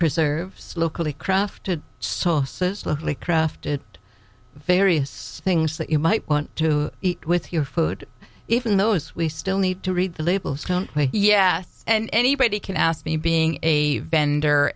preserves locally crafted sauces locally crafted various things that you might want to eat with your food even though as we still need to read the labels yes and anybody can ask me being a vendor